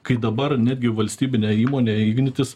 kai dabar netgi valstybinė įmonė ignitis